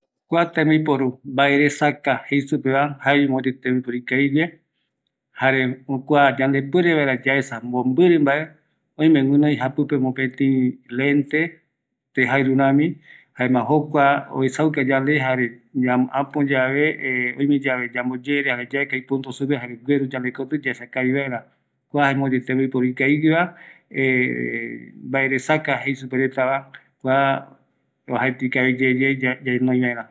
Kua mbaeresaka jaevi tembiporu ikavigue, yaesa vaera jare ñamae vaera mömbɨrɨ, oime guinoi lente yanda mbujuva, jare jokua kooño gueru mbae yaesa vaera